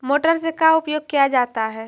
Motor से का उपयोग क्या जाता है?